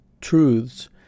truths